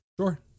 sure